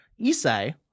Isai